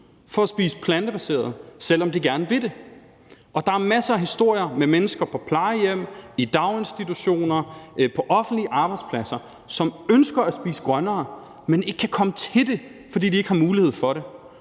for at spise plantebaseret kost, selv om de gerne vil det. Og der er masser af historier om mennesker på plejehjem, i daginstitutioner og på offentlige arbejdspladser, som ønsker at spise grønnere, men ikke kan komme til det, fordi de ikke har mulighed for det.